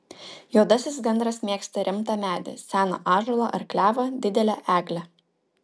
juodasis gandras mėgsta rimtą medį seną ąžuolą ar klevą didelę eglę